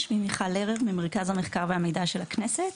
שמי מיכל לרר, ממרכז המחקר והמידע של הכנסת.